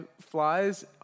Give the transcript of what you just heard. flies